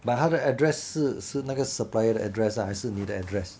but 他的 address 是是那个 supplier 的 address ah 还是你的 address